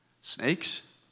snakes